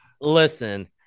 Listen